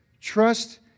trust